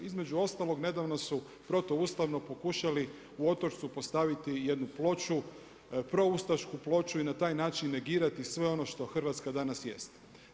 Između ostalog, nedavno su protuustavno pokušali u Otočcu postaviti jednu ploču, proustašku ploču i na taj način negirati sve ono što Hrvatska danas jest.